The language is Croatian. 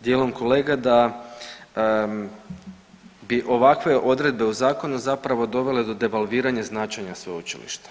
dijelom kolega da bi ovakve odredbe u zakonu zapravo dovele do devalviranja značenja sveučilišta.